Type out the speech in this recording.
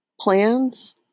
plans